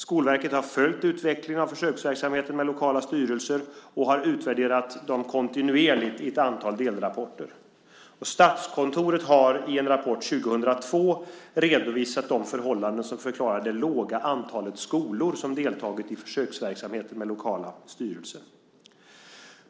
Skolverket har följt utvecklingen av försöksverksamheten med lokala styrelser och utvärderat den kontinuerligt i ett antal delrapporter. Statskontoret har i en rapport år 2002 redovisat de förhållanden som förklarar det låga antalet skolor som deltagit i försöksverksamheten med lokala styrelser.